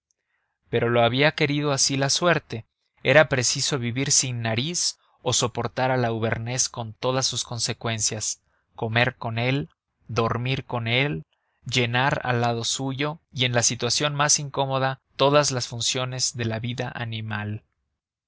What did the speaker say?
pero lo había querido así la suerte era preciso vivir sin nariz o soportar al auvernés con todas sus consecuencias comer con él dormir con él llenar al lado suyo y en la situación más incómoda todas las funciones de la vida animal